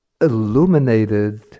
illuminated